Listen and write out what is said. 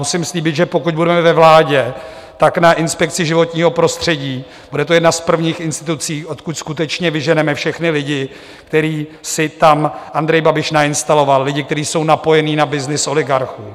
Musím slíbit, že pokud budeme ve vládě, tak na Inspekci životního prostředí bude to jedna z prvních institucí, odkud skutečně vyženeme všechny lidi, které si tam Andrej Babiš nainstaloval, lidi, kteří jsou napojeni na byznys oligarchů.